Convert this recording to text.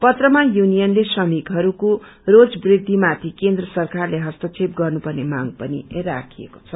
पत्रमा युनियनले श्रमिकहरूको रोजवृद्धि माथि केन्द्र सरकारले हस्तक्षेप गर्नुपर्ने मांग पनि राखिएको छ